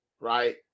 Right